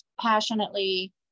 passionately